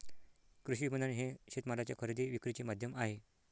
कृषी विपणन हे शेतमालाच्या खरेदी विक्रीचे माध्यम आहे